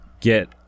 get